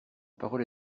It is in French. parole